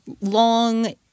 long